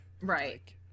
right